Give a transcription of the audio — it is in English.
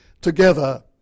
together